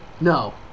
No